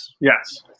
Yes